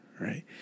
Right